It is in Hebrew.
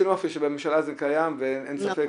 בממשלה זה קיים ואין ספק,